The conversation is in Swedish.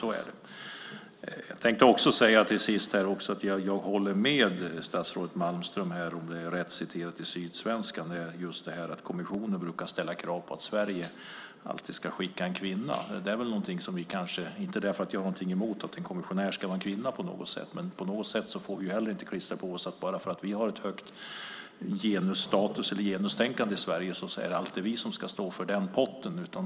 Jag tänkte också säga att jag håller med statsrådet Malmström, om det är rätt citerat i Sydsvenskan, om att kommissionen brukar ställa krav på att Sverige alltid ska skicka en kvinna. Jag har inte någonting emot att en kommissionär ska vara en kvinna, men vi får inte klistra på oss att för att vi har ett högt genustänkande i Sverige är det alltid vi som ska stå för den potten.